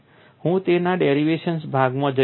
હું તેના ડેરિવેશન્સ ભાગમાં જઈશ નહીં